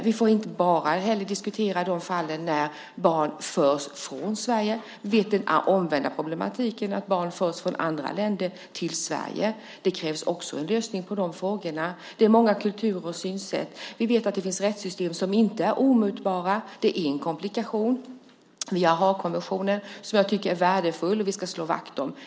Vi får inte heller bara diskutera de fall då barn förs från Sverige - den omvända problematiken, att barn förs från andra länder till Sverige, finns också. Det krävs en lösning också på de frågorna. Det finns många kulturer och synsätt, och vi vet att det finns rättssystem som inte är omutbara. Det är en komplikation. Vi har Haagkonventionen, som jag tycker är värdefull och som vi ska slå vakt om.